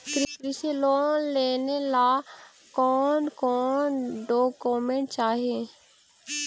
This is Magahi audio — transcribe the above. कृषि लोन लेने ला कोन कोन डोकोमेंट चाही?